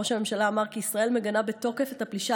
ראש הממשלה אמר כי ישראל מגנה בתוקף את הפלישה